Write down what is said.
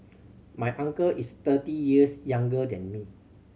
my uncle is thirty years younger than me